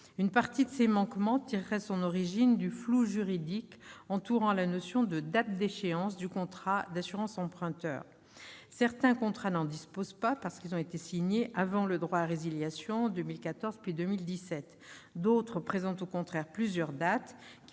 Une partie de ces manquements tirerait son origine du flou juridique entourant la notion de « date d'échéance » du contrat d'assurance emprunteur. Certains contrats n'en disposent pas, parce qu'ils ont été signés avant la consécration du droit à résiliation, en 2014, puis en 2017. D'autres présentent, au contraire, plusieurs dates, qui